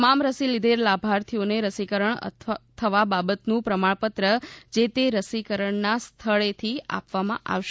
તમામ રસી લીઘેલ લાભાર્થીઓને રસીકરણ થવા બાબતનું પ્રમાણપત્ર જે તે રસીકરણના સ્થળેથી આપવામાં આવશે